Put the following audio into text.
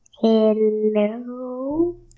Hello